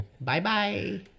Bye-bye